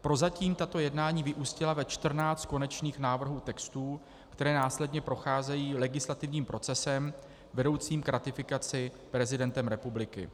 Prozatím tato jednání vyústila ve čtrnáct konečných návrhů textů, které následně procházejí legislativním procesem vedoucím k ratifikaci prezidentem republiky.